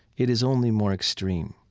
it is only more extreme,